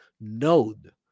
Node